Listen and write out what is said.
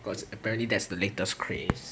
cause apparently that's the latest craze